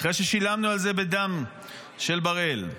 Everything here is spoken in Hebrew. אחרי ששילמנו על זה בדם של בראל.